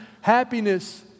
happiness